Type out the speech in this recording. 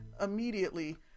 immediately